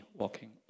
walking